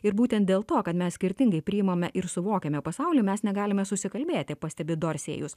ir būtent dėl to kad mes skirtingai priimame ir suvokiame pasaulį mes negalime susikalbėti pastebi dorsėjus